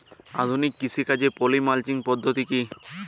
আধুনিক কৃষিকাজে poly mulching পদ্ধতি কি?